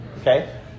okay